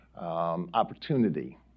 opportunity